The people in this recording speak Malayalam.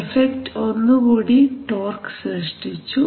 എഫക്ട് ഒന്നുകൂടി ടോർഘ് സൃഷ്ടിച്ചു